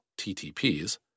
TTPs